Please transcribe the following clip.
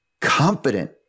confident